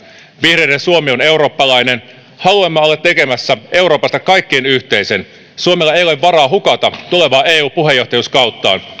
vihreiden suomi on eurooppalainen haluamme olla tekemässä euroopasta kaikkien yhteisen suomella ei ole varaa hukata tulevaa eu puheenjohtajuuskauttaan